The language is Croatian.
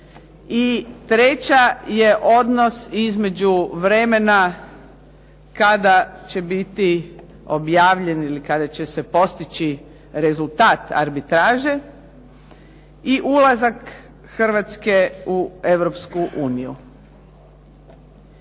treća je odnos između vremena kada će biti objavljen ili kada će se postići rezultat arbitraže i ulazak Hrvatske u